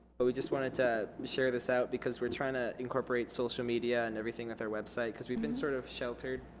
but we just wanted to share this out because we're trying to incorporate social media and everything at our website because we've been sort of sheltered